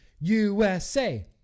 USA